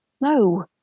No